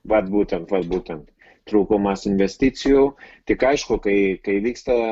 vat būtent vat būtent trūkumas investicijų tik aišku kai kai vyksta